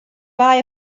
buy